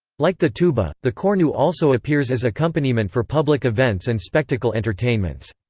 like the tuba, the cornu also appears as accompaniment for public events and spectacle entertainments.